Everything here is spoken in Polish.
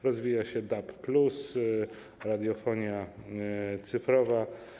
Rozwija się DAB+, radiofonia cyfrowa.